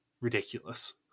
ridiculous